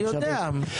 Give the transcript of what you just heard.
אני יודע.